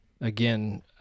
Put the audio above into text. again